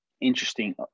interesting